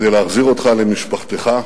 כדי להחזיר אותך למשפחתך,